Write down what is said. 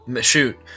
shoot